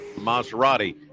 Maserati